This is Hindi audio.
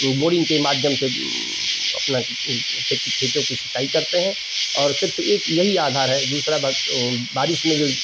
बोरिंग के माध्यम से अपना खेती खेतों की सिंचाई करते हैं और सिर्फ एक यही आधार है और दूसरा बारिश में जो